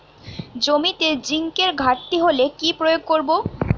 জমিতে জিঙ্কের ঘাটতি হলে কি প্রয়োগ করব?